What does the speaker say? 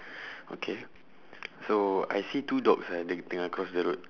okay so I see two dogs eh dia tengah cross the road